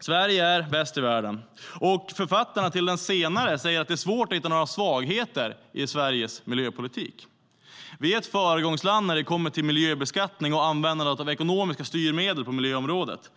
Sverige är bäst i världen, och författarna till Global Green Economy Index säger att det är svårt att hitta några svagheter i Sveriges miljöpolitik. Sverige är ett föregångsland när det kommer till miljöbeskattning och användandet av ekonomiska styrmedel på miljöområdet.